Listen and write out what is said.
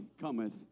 cometh